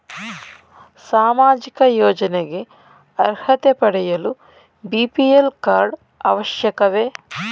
ಸಾಮಾಜಿಕ ಯೋಜನೆಗೆ ಅರ್ಹತೆ ಪಡೆಯಲು ಬಿ.ಪಿ.ಎಲ್ ಕಾರ್ಡ್ ಅವಶ್ಯಕವೇ?